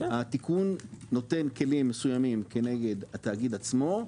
התיקון נותן כלים מסוימים כנגד התאגיד עצמו,